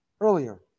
Earlier